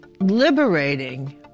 liberating